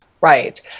Right